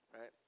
right